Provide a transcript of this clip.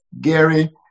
Gary